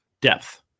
depth